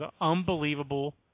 unbelievable